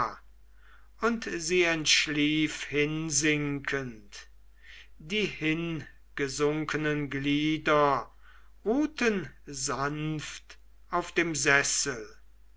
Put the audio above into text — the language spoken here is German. und sie entschlief hinsinkend die hingesunkenen glieder ruhten sanft auf dem sessel